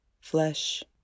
flesh